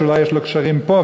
כי אולי יש לו קשרים פה,